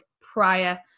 prior